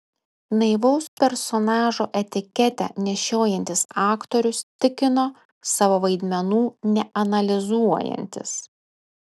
naivaus personažo etiketę nešiojantis aktorius tikino savo vaidmenų neanalizuojantis